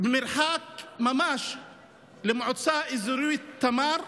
המרחק ממש למועצה אזורית תמר,